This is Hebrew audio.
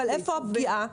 איפה הפגיעה?